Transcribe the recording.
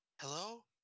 Hello